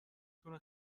تونه